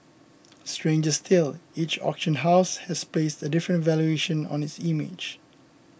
stranger still each auction house has placed a different valuation on its image